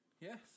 Yes